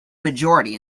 majority